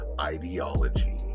ideology